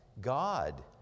God